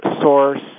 source